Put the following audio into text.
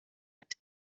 hat